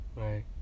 right